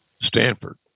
Stanford